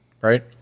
right